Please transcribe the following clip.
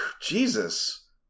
Jesus